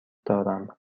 دارم